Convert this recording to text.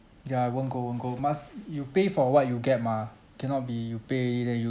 ya won't go and go must uh you pay for what you get mah cannot be you pay then you